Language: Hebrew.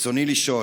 רצוני לשאול: